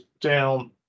down